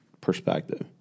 perspective